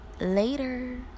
later